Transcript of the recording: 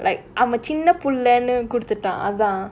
like அவன் சின்ன புள்ளனு குடுத்துட்டான்:avan chinna pullanu kuduthuttaan